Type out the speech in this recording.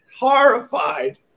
horrified